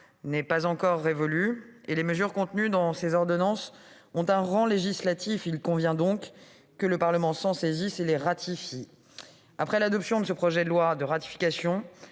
n'est pas encore révolu, et les mesures contenues dans ces ordonnances ont un rang législatif. Il convient donc que le Parlement s'en saisisse et les ratifie. Après l'adoption de ce projet de loi de ratification,